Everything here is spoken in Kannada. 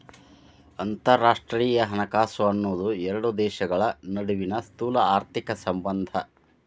ಅಂತರರಾಷ್ಟ್ರೇಯ ಹಣಕಾಸು ಅನ್ನೋದ್ ಎರಡು ದೇಶಗಳ ನಡುವಿನ್ ಸ್ಥೂಲಆರ್ಥಿಕ ಸಂಬಂಧ